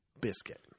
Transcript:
biscuit